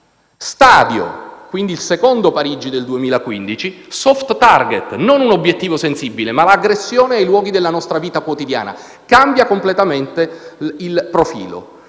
il secondo attentato a Parigi del 2015: *soft target*, non un obiettivo sensibile, ma l'aggressione ai luoghi della nostra vita quotidiana. Cambia completamente il profilo.